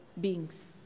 beings